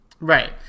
Right